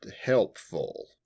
Helpful